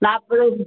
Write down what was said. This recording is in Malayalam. നാൽപ്പത്